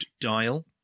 dial